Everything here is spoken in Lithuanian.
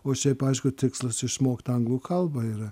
o šiaip aišku tikslas išmokt anglų kalbą yra